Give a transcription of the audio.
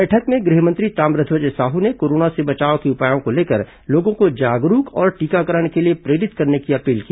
बैठक में गृह मंत्री ताम्रध्वज साहू ने कोरोना से बचाव के उपायों को लेकर लोगों को जागरूक और टीकाकरण के लिए प्रेरित करने की अपील की